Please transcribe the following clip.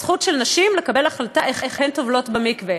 הזכות של נשים לקבל החלטה איך הן טובלות במקווה.